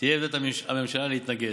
תהיה עמדת הממשלה להתנגד.